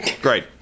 Great